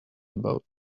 about